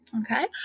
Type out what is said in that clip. Okay